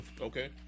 Okay